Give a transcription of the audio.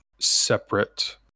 separate